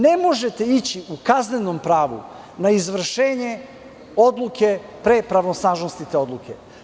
Ne možete ići u kaznenom pravu na izvršenje odluke pre pravosnažnosti te odluke.